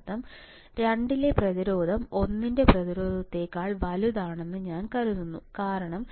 അതിനർത്ഥം 2 ലെ പ്രതിരോധം ഒന്നിൻറെ പ്രതിരോധത്തേക്കാൾ വലുതാണെന്ന് ഞാൻ കാണുന്നു കാരണം